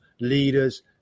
leaders